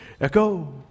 echo